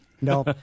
No